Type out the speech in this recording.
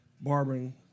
barbering